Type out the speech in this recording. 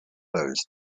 those